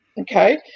Okay